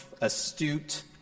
astute